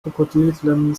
krokodilklemmen